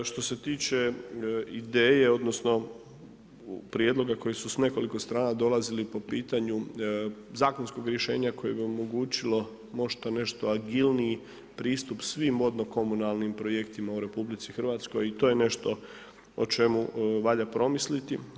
Što se tiče ideje odnosno prijedloga koji su s nekoliko strana dolazili po pitanju zakonskog rješenja koje bi omogućilo možda nešto agilniji pristup svim vodno-komunalnim projektima u RH i to je nešto o čemu valja promisliti.